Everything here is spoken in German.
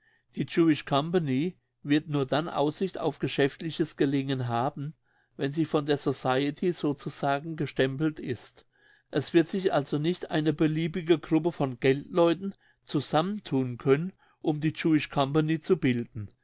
die jewish company wird nur dann aussicht auf geschäftliches gelingen haben wenn sie von der society sozusagen gestempelt ist es wird sich also nicht eine beliebige gruppe von geldleuten zusammenthun können um die jewish company zu bilden